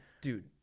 Dude